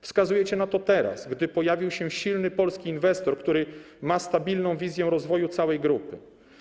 Wskazujecie na to teraz, gdy pojawił się silny polski inwestor, który ma stabilną wizję rozwoju całej grupy.